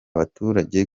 baturage